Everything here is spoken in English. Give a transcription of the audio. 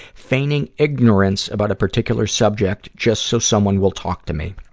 feigning ignorance about a particular subject just so someone will talk to me.